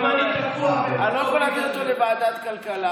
אני לא רוצה להביא אותו לוועדת הכלכלה,